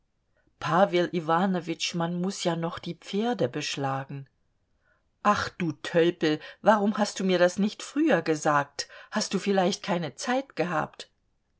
pawel iwanowitsch man muß ja noch die pferde beschlagen ach du tölpel warum hast du mir das nicht früher gesagt hast du vielleicht keine zeit gehabt